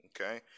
Okay